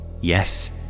yes